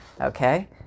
Okay